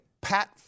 Pat